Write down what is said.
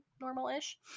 normal-ish